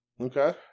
okay